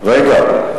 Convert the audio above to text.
רגע.